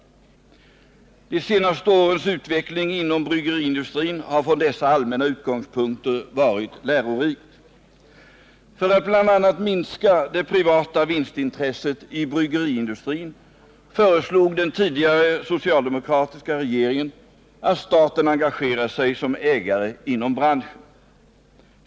De senaste årens utveckling inom bryggeriindustrin har från dessa allmänna utgångspunkter varit lärorik. För att bl.a. minska det privata vinstintresset i bryggeriindustrin föreslog den tidigare socialdemokratiska regeringen att staten skulle engagera sig som ägare inom branschen.